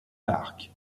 park